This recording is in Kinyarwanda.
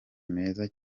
meza